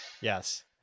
Yes